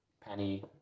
Penny